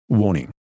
Warning